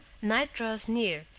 night draws near,